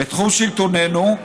"בתחום שלטוננו,